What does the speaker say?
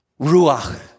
Ruach